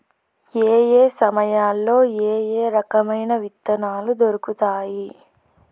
ఏయే సమయాల్లో ఏయే రకమైన విత్తనాలు దొరుకుతాయి?